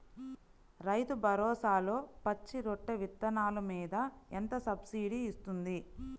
రైతు భరోసాలో పచ్చి రొట్టె విత్తనాలు మీద ఎంత సబ్సిడీ ఇస్తుంది?